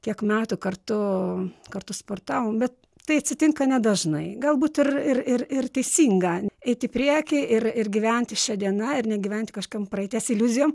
kiek metų kartu kartu sportavom bet tai atsitinka nedažnai galbūt ir ir ir ir teisinga eit į priekį ir ir gyventi šia diena ir negyventi kažkam praeities iliuzijom